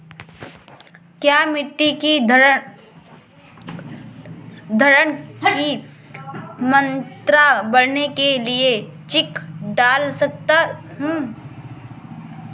क्या मिट्टी की धरण की मात्रा बढ़ाने के लिए जिंक डाल सकता हूँ?